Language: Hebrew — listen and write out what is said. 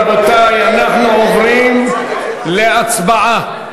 רבותי, אנחנו עוברים להצבעה.